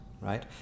right